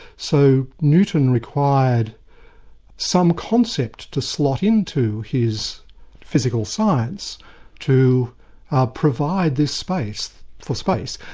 so newton required some concept to slot into his physical science to provide this space, for space,